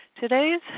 today's